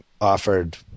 offered